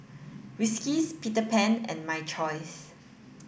Whiskas Peter Pan and My Choice